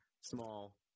small